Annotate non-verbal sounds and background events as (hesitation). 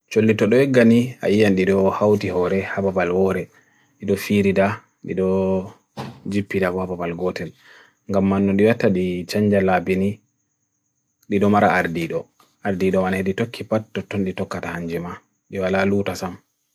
Cholli to do egani aiyan dido hauti hore, hapapal hore, dido firida, dido (hesitation) jipira wapapal gotel. Ngan manno diweta di changya labini, dido mara ar dido. Ar dido ane dito khipat to tundi tokata hanjima. Dyo alaluta sam.